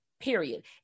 Period